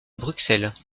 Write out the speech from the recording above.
bruxelles